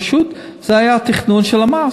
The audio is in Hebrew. פשוט זה היה תכנון של המס,